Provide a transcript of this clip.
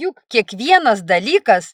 juk kiekvienas dalykas